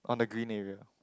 on the green area